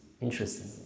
interesting